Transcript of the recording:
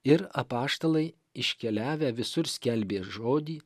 ir apaštalai iškeliavę visur skelbė žodį